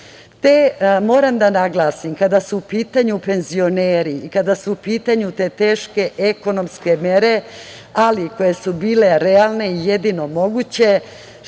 da naglasim, kada su u pitanju penzioneri i kada su u pitanju te teške ekonomske mere, ali koje su bile realne i jedino moguće,